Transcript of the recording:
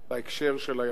בהקשר של הימים האלה,